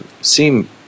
seem